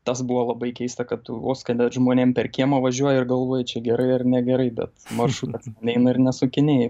tas buvo labai keista kad tu vos kada žmonėm per kiemą važiuoji ir galvoji čia gerai ar negerai bet maršrutas neina ir nesukinėju